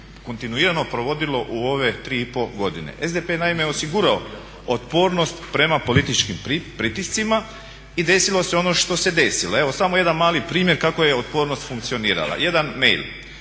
kontinuirano provodilo u ove tri i pol godine. SDP je naime osigurao otpornost prema političkim pritiscima i desilo se ono što se desilo. Evo samo jedan mali primjer kako je otpornost funkcionirala, jedan mail.